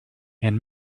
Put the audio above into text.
and